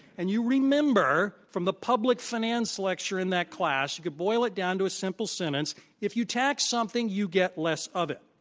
and you remember, from the public finance lecture in that class, you can boil it down to a simple sentence if you tax something you get less of it.